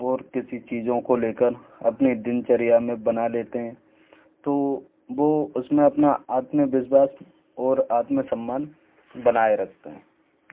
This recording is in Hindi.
और किसी चीज़ों को लेकर अपने दिनचर्या मे बना लेते है तो वो उसमें अपना आत्मविश्वास और आत्मसम्मान बनाए रखते हैं